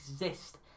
exist